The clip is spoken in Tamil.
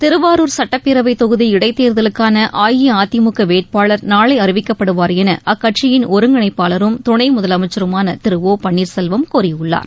திருவாரூர் சட்டப்பேரவைத் தொகுதி இடைத் தேர்தலுக்கான அஇஅதிமுக வேட்பாளர் அறிவிக்கப்படுவார் என அக்கட்சியின் ஒருங்கிணைப்பாளரும் குணை நாளை முதலமைச்சருமான திரு ஒ பன்னீர்செல்வம் கூறியுள்ளார்